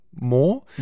more